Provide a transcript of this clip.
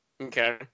Okay